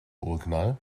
urknall